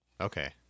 okay